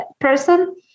person